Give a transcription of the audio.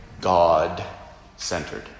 God-centered